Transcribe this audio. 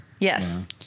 Yes